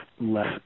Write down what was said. less